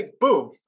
boom